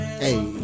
Hey